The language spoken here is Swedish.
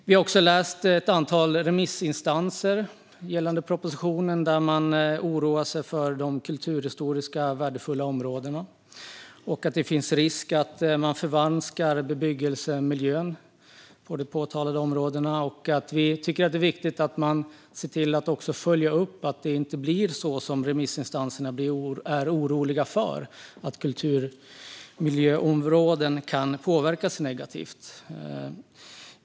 Vi har också läst svaren från ett antal remissinstanser som oroar sig för de kulturhistoriska värdefulla områdena och menar att det finns risk att man förvanskar bebyggelsemiljön i de aktuella områdena. Vi tycker att det är viktigt att man följer upp så att det inte blir så som remissinstanserna är oroliga för, alltså att kulturmiljöområden kan påverkas negativt.